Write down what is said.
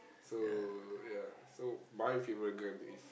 so ya so my favourite gun is